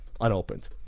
unopened